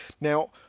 Now